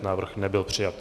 Návrh nebyl přijat.